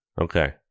okay